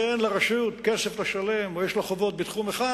כשאין לרשות כסף לשלם או שיש לה חובות בתחום אחד,